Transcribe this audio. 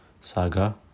saga